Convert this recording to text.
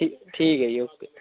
ਠੀਕ ਹੈ ਜੀ ਓਕੇ